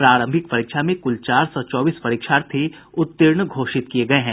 प्रारंभिक परीक्षा में कुल चार सौ चौबीस परीक्षार्थी उत्तीर्ण घोषित किये गये हैं